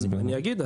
אז אני אגיד.